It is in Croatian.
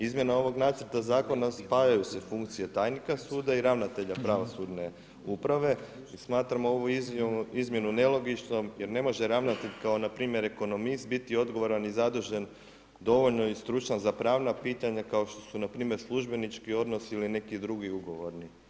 Izmjena ovog nacrta zakona spajaju se funkcije tajnika suda i ravnatelja pravosudne uprave i smatramo ovu izmjenu nelogičnom jer ne može ravnatelj kao npr. ekonomist biti odgovoran i zadužen dovoljno i stručan za pravna pitanja kao što su npr. službenički odnosi ili neki drugi ugovorni odnosi.